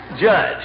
Judge